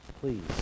please